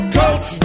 coach